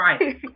right